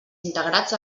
integrats